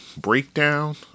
breakdown